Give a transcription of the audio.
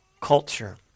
culture